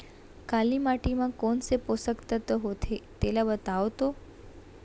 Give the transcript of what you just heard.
काली माटी म कोन से पोसक तत्व होथे तेला बताओ तो?